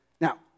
Now